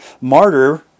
martyr